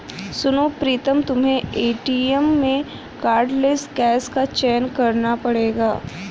सुनो प्रीतम तुम्हें एटीएम में कार्डलेस कैश का चयन करना पड़ेगा